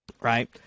right